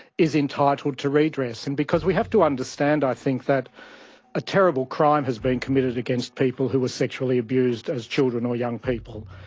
is entitled to redress. and because we have to understand i think that a terrible crime has been committed against people who were sexually abused as children or young people.